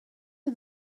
are